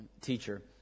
teacher